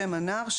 שם הנער,